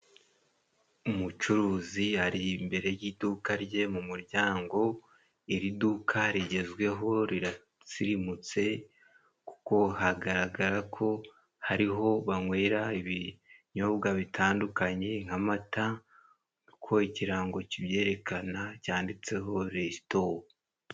Umucuruzi ari imbere y'iduka rye mu muryango, iri duka rigezweho riratsirimutse kuko hagaragara ko hariho banywera ibinyobwa bitandukanye nk'amata, ko ikirango kibyerekana cyanditseho resito.